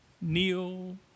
kneel